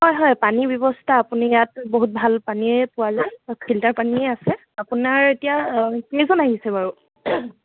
হয় হয় পানীৰ ব্যৱস্থা আপুনি ইয়াত বহুত ভাল পানীয়ে পোৱা যায় ফিল্টাৰ পানীয়ে আছে আপোনাৰ এতিয়া কেইজন আহিছে বাৰু